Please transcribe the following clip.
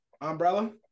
Umbrella